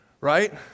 right